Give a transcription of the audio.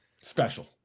special